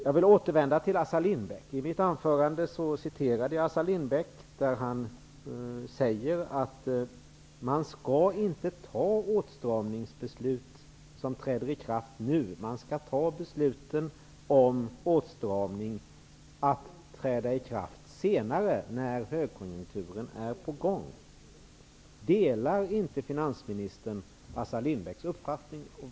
Jag vill återvända till vad Assar Lindbeck sagt. I mitt anförande citerade jag Assar Lindbeck. Han säger att man inte skall ta åtstramningsbeslut som träder i kraft nu. Man skall låta besluten om åstramning träda i kraft senare när högkonjunkturen är på gång. Delar inte finansministern Assar Lindbecks uppfattning?